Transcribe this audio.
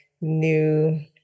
new